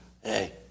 Hey